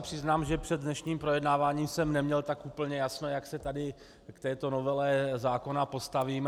Přiznám se, že před dnešním projednáváním jsem neměl tak úplně jasno, jak se tady k této novele zákona postavíme.